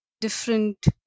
different